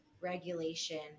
regulation